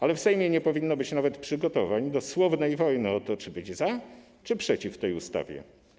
Ale w Sejmie nie powinno być nawet przygotowań do słownej wojny o to, czy być za, czy być przeciw tej ustawie.